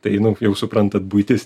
tai nu jau suprantat buitis